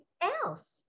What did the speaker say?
else